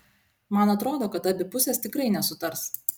man atrodo kad abi pusės tikrai nesutars